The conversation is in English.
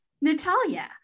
Natalia